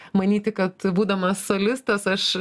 manyti kad būdamas solistas aš